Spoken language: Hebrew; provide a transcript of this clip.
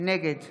נגד